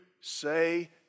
say